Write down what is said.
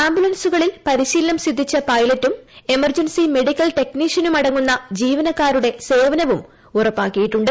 ആംബുലൻസുകളിൽ പരിശീലനം സിദ്ധിച്ച പൈലറ്റും എമർജൻസി മെഡിക്കൽ ടെക് നീഷ്യനും അടങ്ങുന്ന ജീവനക്കാരുടെ സേവനവും ഉറപ്പാക്കിയിട്ടുണ്ട്